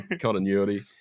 continuity